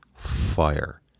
Fire